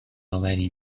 آوری